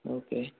okay